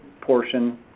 portion